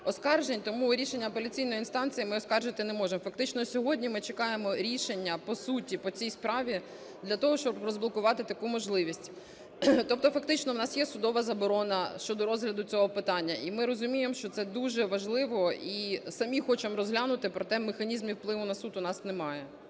оскаржень. Тому рішення апеляційної інстанції ми оскаржити не можемо. Фактично сьогодні ми чекаємо рішення по суті по цій справі для того, щоб розблокувати таку можливість. Тобто фактично в нас є судова заборона щодо розгляду цього питання, і ми розуміємо, що це дуже важливо, і самі хочемо розглянути. Проте механізмів впливу на суд у нас немає.